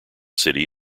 city